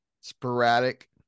sporadic